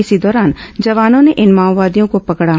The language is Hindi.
इसी दौरान जवानों ने इन माओवादियों को पकड़ा